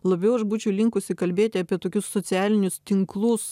labiau aš būčiau linkusi kalbėti apie tokius socialinius tinklus